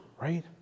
right